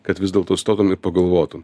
kad vis dėlto stotum ir pagalvotum